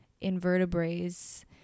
invertebrates